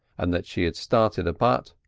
and that she had started a butt,